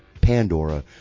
Pandora